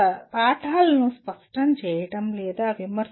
పాఠాలను స్పష్టం చేయడం లేదా విమర్శించడం